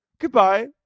Goodbye